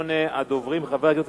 ראשון הדוברים, חבר הכנסת